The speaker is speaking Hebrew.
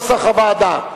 כהצעת הוועדה,